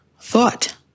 thought